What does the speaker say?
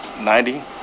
ninety